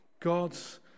god's